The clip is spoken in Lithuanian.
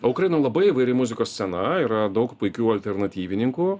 o ukraino labai įvairi muzikos scena yra daug puikių alternatyvininkų